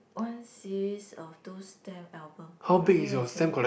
one series of two stamp album I know what I say